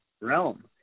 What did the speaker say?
realm